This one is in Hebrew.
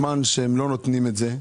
הם לא חייבים לתת ריבית על הפקדונות,